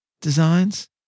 designs